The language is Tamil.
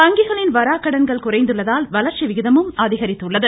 வங்கிகளின் வாராக்கடன்கள் குறைந்துள்ளதால் வளர்ச்சி விகிதமும் அதிகரித்துள்ளது